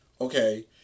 okay